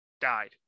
died